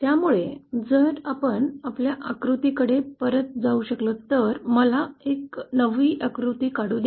त्यामुळे जर आपण आपल्या आकृतीकडे परत जाऊ तर मला एक नवी आकृती काढू द्या